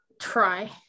try